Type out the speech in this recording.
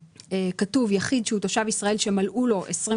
כתוב "יחיד שהוא תושב ישראל שמלאו לו 23